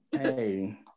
Hey